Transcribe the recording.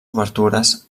obertures